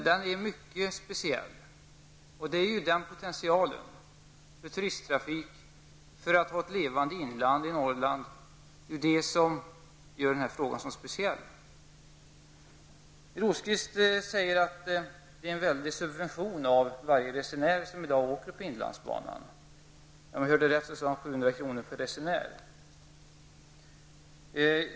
Den är mycket speciell och utgör en potential för turisttrafik och för ett levande inland i Norrland. Det är inte minst därför det är så angeläget att bevara inlandsbanan. Birger Rosqvist säger att varje resa med inlandsbanan i dag subventioneras med 700 kr.